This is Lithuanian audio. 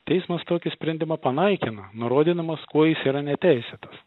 teismas tokį sprendimą panaikina nurodydamas kuo jis yra neteisėtas